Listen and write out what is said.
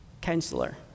counselor